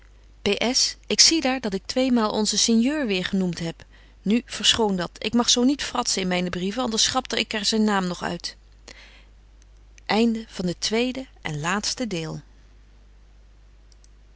ik zie daar dat ik tweemaal onzen sinjeur weer genoemt heb nu verschoon dat ik mag zo niet fratsen in myne brieven anders schrapte ik er zyn naam nog uit einde van het tweede en laatste deel